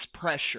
pressure